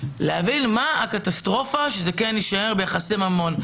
להבין מה הקטסטרופה שזה יישאר ביחסי ממון.